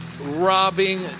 robbing